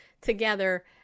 together